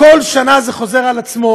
כל שנה זה חוזר על עצמו,